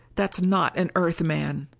that's not an earth man!